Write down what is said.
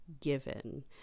given